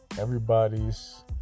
Everybody's